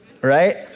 right